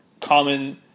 common